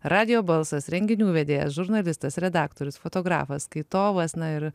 radijo balsas renginių vedėjas žurnalistas redaktorius fotografas skaitovas na ir